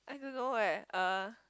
I don't know eh uh